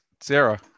Sarah